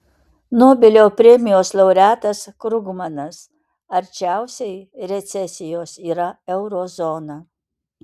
nobelio premijos laureatas krugmanas arčiausiai recesijos yra euro zona